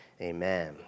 Amen